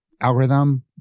algorithm